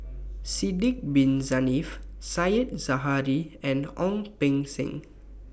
Sidek Bin Saniff Said Zahari and Ong Beng Seng